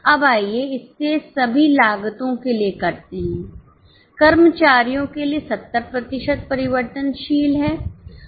अब आइए इसे सभी लागतो के लिए करते हैं कर्मचारियों के लिए 70 प्रतिशत परिवर्तनशील है